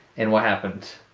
and what happened?